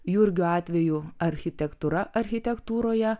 jurgio atveju architektūra architektūroje